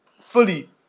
fully